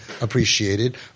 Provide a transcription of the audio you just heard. appreciated